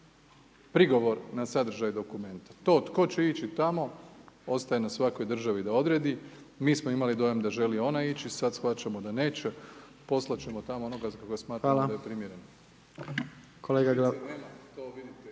prigovor na sadržaj dokumenta, to tko će ići tamo ostaje na svakoj državi da odredi, mi smo imali dojam da želi ona ići sad shvaćamo da neće, poslat ćemo tamo onoga za koga smatramo …/Upadica: